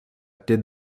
did